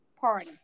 party